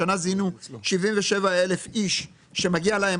השנה זיהינו 77 אלף אנשים שמגיע להם